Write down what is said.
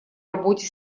работе